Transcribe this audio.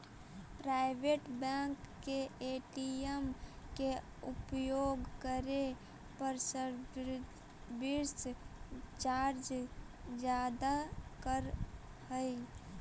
private bank के ATM के उपयोग करे पर सर्विस चार्ज ज्यादा करऽ हइ